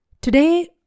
Today